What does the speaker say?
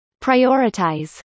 Prioritize